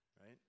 Right